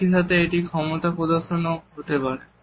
একইসাথে এটি ক্ষমতা প্রদর্শন ও হতে পারে